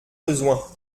besoin